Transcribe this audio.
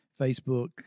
Facebook